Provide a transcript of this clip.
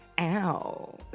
Ow